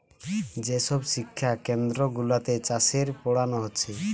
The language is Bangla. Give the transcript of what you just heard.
যে সব শিক্ষা কেন্দ্র গুলাতে চাষের পোড়ানা হচ্ছে